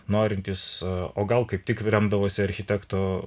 norintys o gal kaip tik remdavosi architekto